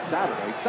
Saturday